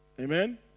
Amen